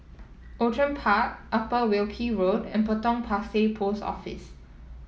Outram Park Upper Wilkie Road and Potong Pasir Post Office